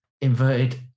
Inverted